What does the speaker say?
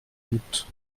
doute